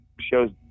shows